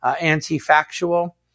anti-factual